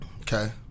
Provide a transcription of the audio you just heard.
Okay